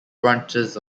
branches